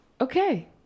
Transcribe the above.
Okay